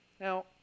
Now